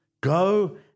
Go